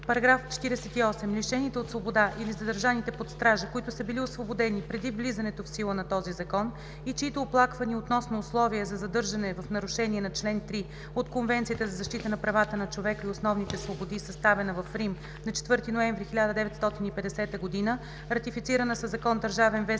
ал. 1. § 48. Лишените от свобода или задържаните под стража, които са били освободени преди влизането в сила на този закон и чиито оплаквания относно условия на задържане в нарушение на чл. 3 от Конвенцията за защита на правата на човека и основните свободи, съставена в Рим на 4 ноември 1950 г. (ратифицирана със закон – ДВ,